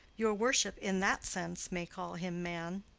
your worship in that sense may call him man.